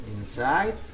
inside